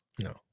No